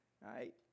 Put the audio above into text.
Right